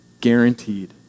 guaranteed